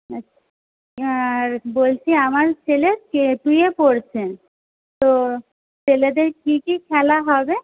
বলছি আমার ছেলে পড়ছে তো ছেলেদের কি কি খেলা হবে